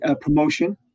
promotion